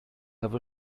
have